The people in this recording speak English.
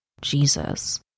Jesus